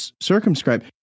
circumscribe